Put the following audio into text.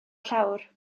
llawr